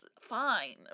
fine